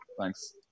Thanks